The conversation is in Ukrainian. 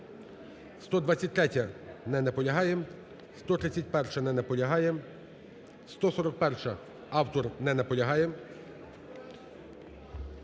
123-я. Не наполягає. 131-а. Не наполягає. 141-а. Автор не наполягає.